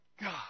God